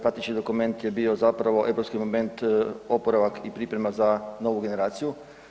Praktički dokument je bio zapravo, europski moment oporavak i priprema za novu generaciju.